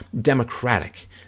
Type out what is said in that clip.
democratic